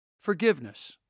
forgiveness